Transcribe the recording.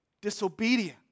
disobedient